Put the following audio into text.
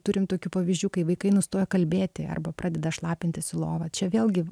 turim tokių pavyzdžių kai vaikai nustoja kalbėti arba pradeda šlapintis į lovą čia vėlgi